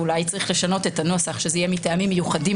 אולי צריך לשנות את הנוסח שזה יהיה מטעמים מיוחדים